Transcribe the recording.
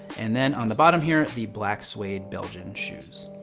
and then on the bottom here, the black suede belgian shoes.